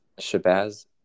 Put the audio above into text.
Shabazz